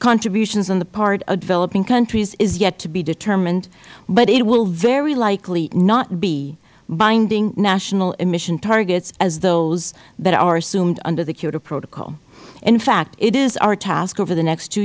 contributions on the part of developing countries is yet to be determined but it will very likely not be binding national emission targets as those that are assumed under the kyoto protocol in fact it is our task over the next two